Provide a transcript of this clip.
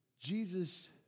Jesus